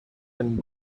and